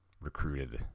recruited